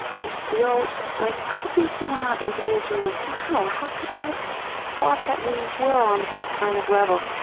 just feel like, obviously we're not individuals. wow, how could i have thought that we were on that kind of level?